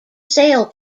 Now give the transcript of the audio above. sail